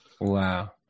Wow